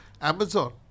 Amazon